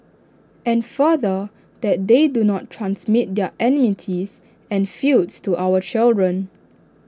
and further that they do not transmit their enmities and feuds to our children